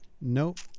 Nope